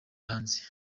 hanze